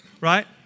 Right